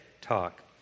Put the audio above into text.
talk